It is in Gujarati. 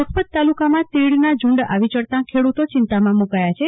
લખપત તાલુકમાં તીડના છુંડ આવી ચડતા ખેડુતો ચિંતામાં મુકાયા છે